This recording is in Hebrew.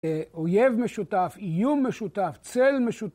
אויב משותף, איום משותף, צל משותף